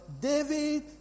David